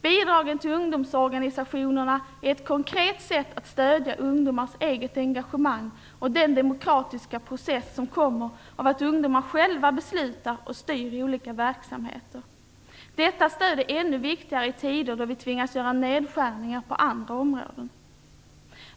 Bidragen till ungdomsorganisationerna är ett konkret sätt att stödja ungdomars eget engagemang och den demokratiska process som kommer av att ungdomar själva beslutar och styr i olika verksamheter. Detta stöd är ännu viktigare i tider när vi tvingas göra nedskärningar på andra områden.